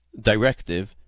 directive